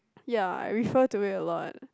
ya I refer to it a lot